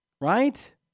right